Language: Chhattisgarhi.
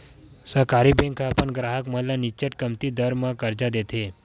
सहकारी बेंक ह अपन गराहक मन ल निच्चट कमती दर म करजा देथे